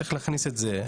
צריך להכניס את זה.